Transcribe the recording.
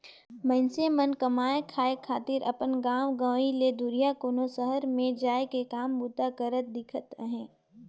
मइनसे मन कमाए खाए खातिर अपन गाँव गंवई ले दुरिहां कोनो सहर मन में जाए के काम बूता करत दिखत अहें